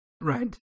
Right